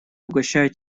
угощаю